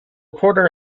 quarter